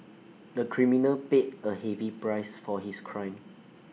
the criminal paid A heavy price for his crime